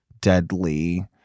deadly